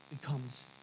becomes